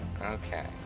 Okay